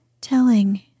telling